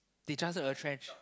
they just got retrench